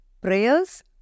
prayers